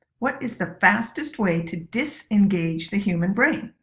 what is the fastest way to disengage the human brain?